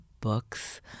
books